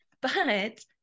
But-